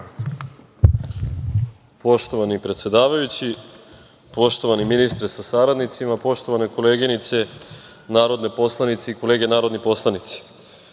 Poštovani predsedavajući, poštovani ministre sa saradnicima, poštovane koleginice narodni poslanici i kolege narodni poslanici,